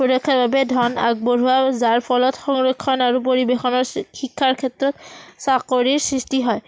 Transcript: সুৰক্ষাৰ বাবে ধন আগবঢ়োৱা যাৰ ফলত সংৰক্ষণ আৰু পৰিৱেশনৰ শিক্ষাৰ ক্ষেত্ৰত চাকৰিৰ সৃষ্টি হয়